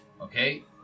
Okay